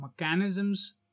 mechanisms